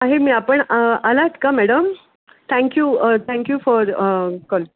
आहे मी आपण आले आहेत का madam thank you thank you for call